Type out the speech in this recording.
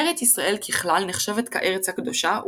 ארץ ישראל ככלל נחשבת כארץ הקדושה,